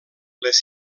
les